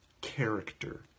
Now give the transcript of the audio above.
character